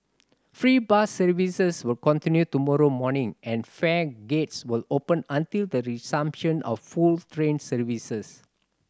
free bus services will continue to tomorrow morning and fare gates will open until the resumption of full train services